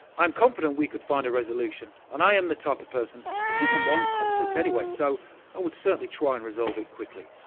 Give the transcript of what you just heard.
i am confident we could find a resolution and i am the type of person who doesn't want conflict anyway, so i would certainly try and resolve it quickly.